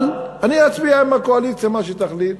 אבל אני אצביע עם הקואליציה, מה שתחליט.